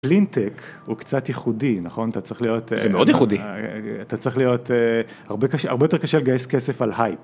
לינטק הוא קצת ייחודי, נכון? אתה צריך להיות, זה מאוד ייחודי, אתה צריך להיות... הרבה קשה הרבה יותר קשה לגייס כסף על הייפ.